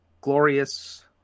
glorious